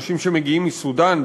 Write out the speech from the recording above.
אנשים שמגיעים מסודאן,